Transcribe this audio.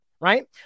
right